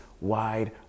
wide